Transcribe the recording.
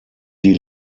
die